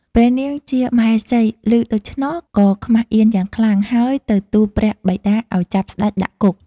ព្រះនាងជាមហេសីឮដូច្នោះ ក៏ខ្មាសអៀនយ៉ាងខ្លាំង ហើយទៅទូលព្រះបិតាឲ្យចាប់ស្តេចដាក់គុក។